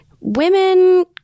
women –